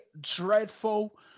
dreadful